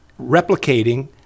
replicating